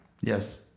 Yes